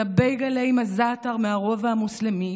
של הבייגלה עם הזעתר מהרובע המוסלמי,